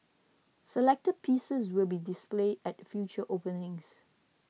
selected pieces will be displayed at future openings